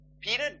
Peter